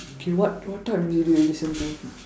K what what type of music do you listen to